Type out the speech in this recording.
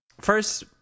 first